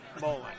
Bowling